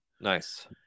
Nice